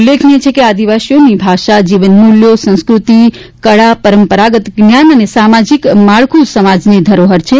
ઉલ્લેખનીય છે કે આદિવવ્સીઓની ભાષા જીવનમુલ્યો સંસ્કૃતિ કળા પરંપરાગત જ્ઞાન અને સામાજીક માળખું સમાજની ધરોહર છે